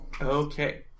Okay